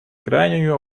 крайнюю